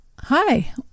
Hi